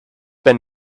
have